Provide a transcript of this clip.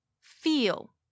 feel